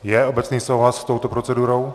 Je obecný souhlas s touto procedurou?